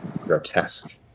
Grotesque